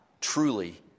truly